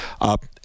up